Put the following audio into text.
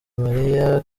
mariah